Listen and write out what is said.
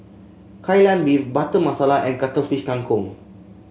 Kai Lan Beef Butter Masala and Cuttlefish Kang Kong